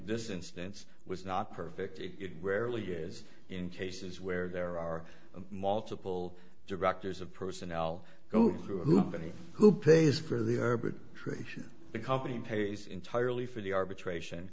this instance was not perfect it rarely is in cases where there are multiple directors of personnel go through a hoop and he who pays for the arbitration become he pays entirely for the arbitration